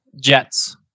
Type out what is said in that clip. Jets